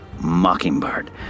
Mockingbird